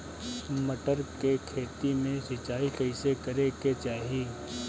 मटर के खेती मे सिचाई कइसे करे के चाही?